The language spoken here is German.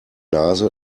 nase